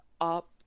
up